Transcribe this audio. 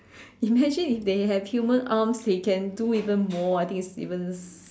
imagine if they have human arms they can do even more I think it's even